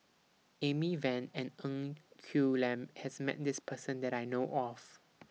Amy Van and Ng Quee Lam has Met This Person that I know of